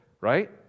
right